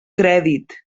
crèdit